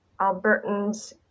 Albertans